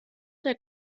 der